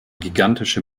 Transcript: gigantische